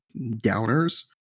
downers